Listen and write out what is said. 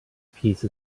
piece